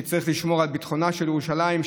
צריך לשמור על ביטחונה של ירושלים,